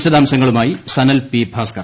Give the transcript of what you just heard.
വിശദാംശങ്ങളുമായി സനൽപ്പി ഭാസ്കർ